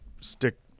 stick